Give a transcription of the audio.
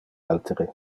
altere